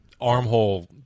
armhole